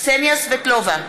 קסניה סבטלובה,